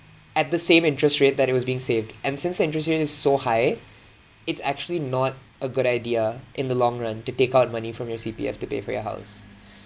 at the same interest rate that it was being saved and since the interest rate is so high it's actually not a good idea in the long run to take out money from your C_P_F to pay for your house